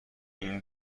این